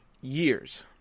years